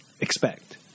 expect